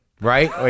right